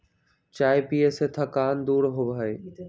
चाय पीये से थकान दूर होबा हई